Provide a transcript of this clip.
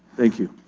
thank you.